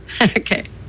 Okay